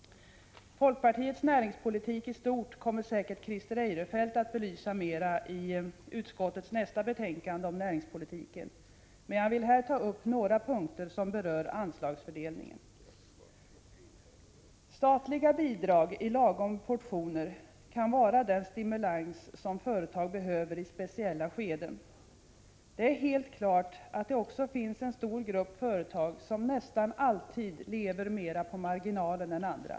Folkpartiets näringspolitik i stort kommer säkert Christer Eirefelt att belysa mer i samband med utskottets nästa betänkande om näringspolitiken. Men jag vill här ta upp några punkter som rör anslagsfördelningen. Statliga bidrag i lagom portioner kan vara en stimulans som företag behöver i speciella skeden. Det är helt klart att det också finns en stor grupp företag som nästan alltid lever mer på marginalen än andra.